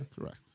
Correct